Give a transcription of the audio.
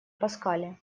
паскале